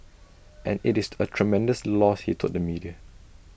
and IT is A tremendous loss he told the media